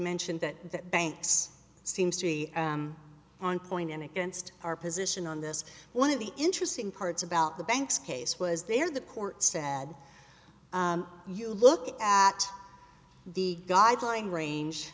mentioned that banks seems to be on point and against our position on this one of the interesting parts about the banks case was there the court said you look at the guideline range